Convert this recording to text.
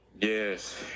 Yes